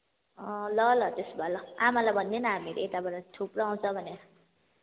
अँ ल ल त्यसोभए ल आमालाई भन्दे न हामी यताबाट थुप्रो आउँछ भनेर